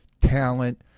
talent